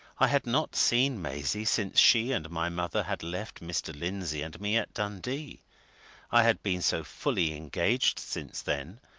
i had not seen maisie since she and my mother had left mr. lindsey and me at dundee i had been so fully engaged since then,